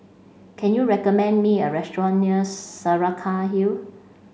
can you recommend me a restaurant near Saraca Hill